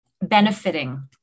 benefiting